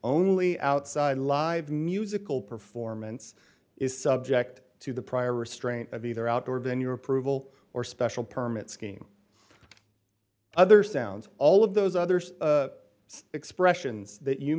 only outside live musical performance is subject to the prior restraint of either outdoor venue or approval or special permit scheme other sound all of those others expressions that you